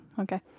okay